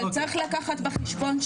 צריך לקחת בחשבון,